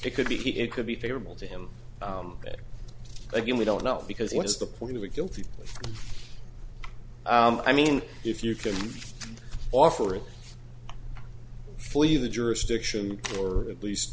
it could be it could be favorable to him again we don't know because what is the point of a guilty plea i mean if you can offer to flee the jurisdiction or at least